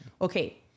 Okay